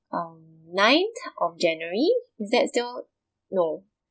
um ninth of january is that still no